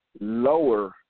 lower